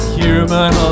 human